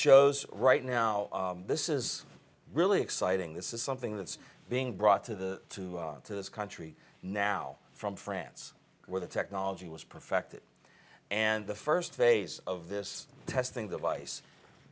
shows right now this is really exciting this is something that's being brought to the to this country now from france where the technology was perfected and the first phase of this testing device